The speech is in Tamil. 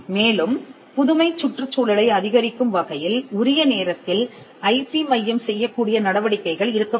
மேலும் புதுமைச் சுற்றுச்சூழலை அதிகரிக்கும் வகையில் உரிய நேரத்தில் ஐபி மையம் செய்யக்கூடிய நடவடிக்கைகள் இருக்கக்கூடும்